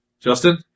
Justin